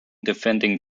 defending